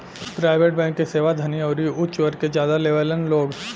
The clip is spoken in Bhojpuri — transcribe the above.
प्राइवेट बैंक के सेवा धनी अउरी ऊच वर्ग के ज्यादा लेवेलन लोग